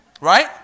Right